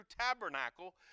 tabernacle